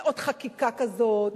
ועוד חקיקה כזאת,